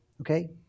Okay